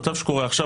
המצב שקורה עכשיו,